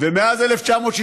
ומאז 1968